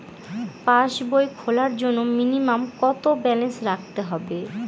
পাসবই খোলার জন্য মিনিমাম কত ব্যালেন্স রাখতে হবে?